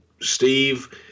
Steve